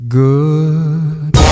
good